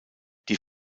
die